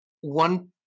one